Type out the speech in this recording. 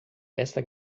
esta